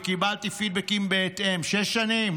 וקיבלתי פידבקים בהתאם'".